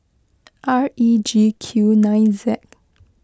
R E G Q nine Z